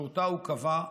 שאותה הוא קבע,